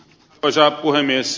arvoisa puhemies